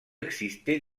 existait